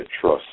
trust